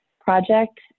project